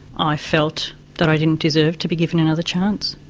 i felt that i didn't deserve to be given another chance.